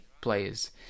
players